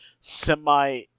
semi-